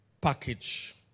package